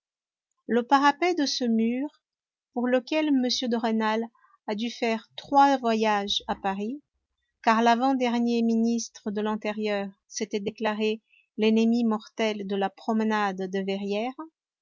le parapet de ce mur pour lequel m de rênal a dû faire trois voyages à paris car l'avant-dernier ministre de l'intérieur s'était déclaré l'ennemi mortel de la promenade de verrières